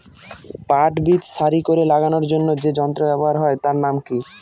পাট বীজ সারি করে লাগানোর জন্য যে যন্ত্র ব্যবহার হয় তার নাম কি?